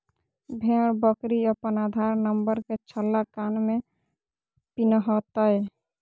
भेड़ बकरी अपन आधार नंबर के छल्ला कान में पिन्हतय